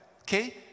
okay